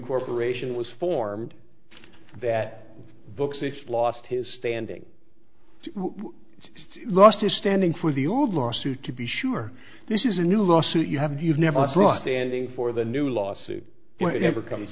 corporation was formed that book six lost his standing still lost his standing for the old lawsuit to be sure this is a new lawsuit you have and you've never brought the ending for the new lawsuit when it ever comes